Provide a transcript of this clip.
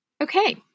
Okay